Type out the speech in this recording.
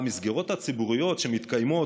המסגרות הציבוריות שמתקיימות,